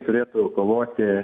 turėtų kovoti